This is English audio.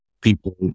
people